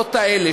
המחלוקות האלה,